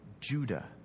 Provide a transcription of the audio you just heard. Judah